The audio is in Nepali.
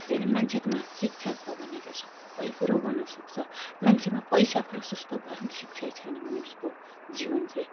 मान्छेकोमा शिक्षा छ भने सबै कुरो गर्न सक्छ मान्छेमा पैसा प्रसस्त भरम शिक्षै छैन भने उसको जीवन चाहिँ साँच्चै नै अब